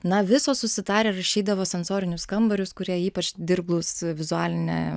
na visos susitarę rašydavo sensorinius kambarius kurie ypač dirglūs vizualine